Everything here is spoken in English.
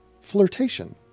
flirtation